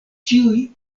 ĉiuj